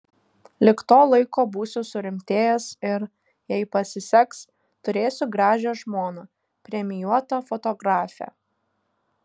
lig to laiko būsiu surimtėjęs ir jei pasiseks turėsiu gražią žmoną premijuotą fotografę